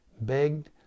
begged